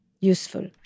useful